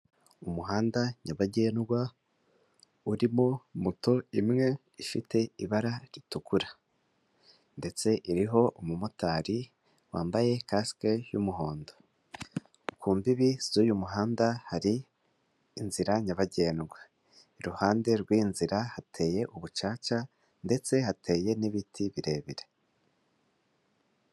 Umuhanda nyabagendwa urimo moto imwe ifite ibara ritukura. Ndetse iriho umumotari wambaye kasike y'umuhondo. Ku mbibi z'uyu muhanda hari inzira nyabagendwa. Iruhande rw'iyi nzira hateye ubucaca ndetse hateye n'ibiti birebire.